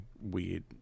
weird